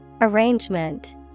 Arrangement